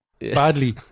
badly